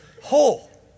whole